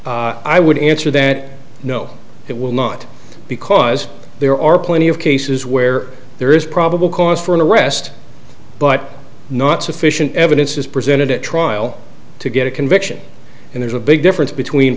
i would answer that no it will not because there are plenty of cases where there is probable cause for an arrest but not sufficient evidence is presented at trial to get a conviction and there's a big difference between